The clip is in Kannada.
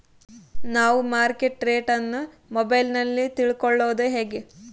ನಾವು ಮಾರ್ಕೆಟ್ ರೇಟ್ ಅನ್ನು ಮೊಬೈಲಲ್ಲಿ ತಿಳ್ಕಳೋದು ಹೇಗೆ?